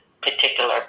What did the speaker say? particular